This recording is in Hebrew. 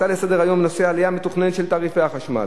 הצעה לסדר-היום בנושא העלייה המתוכננת של תעריפי החשמל,